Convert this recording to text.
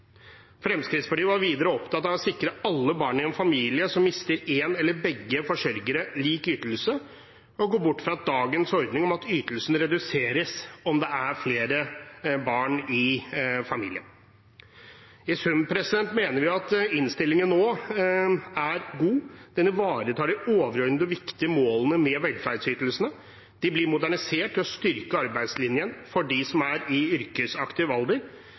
Fremskrittspartiet var videre opptatt av å sikre alle barn i en familie som mister én eller begge forsørgere, lik ytelse og gå bort fra dagens ordning med at ytelsene reduseres om det er flere barn i familien. I sum mener vi at innstillingen nå er god. Den ivaretar de overordnede og viktige målene med velferdsytelsene. De blir modernisert ved å styrke arbeidslinjen for dem som er i yrkesaktiv alder,